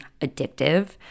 addictive